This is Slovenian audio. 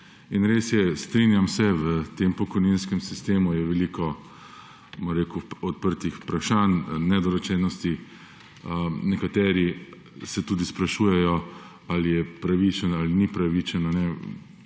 In res je, strinjam se, v tem pokojninskem sistemu je veliko odprtih vprašanj, nedorečenosti. Nekateri se tudi sprašujejo, ali je pravičen ali ni pravičen